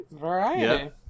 variety